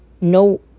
No